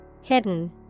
Hidden